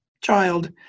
child